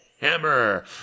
Hammer